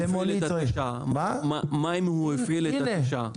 מה אם הוא הפעיל את התשע?